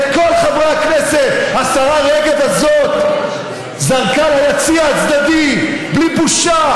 את כל חברי הכנסת השרה רגב הזאת זרקה ליציע הצדדי בלי בושה.